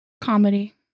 Comedy